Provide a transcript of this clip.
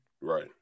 Right